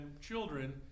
children